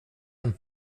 sen